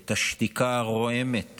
את השתיקה הרועמת